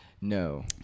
No